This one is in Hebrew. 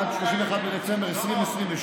עד 31 בדצמבר 2022,